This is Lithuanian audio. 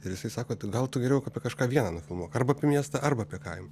ir jisai sako tu gal tu geriau apie kažką vieną nufilmuok arba miestą arba apie kaimą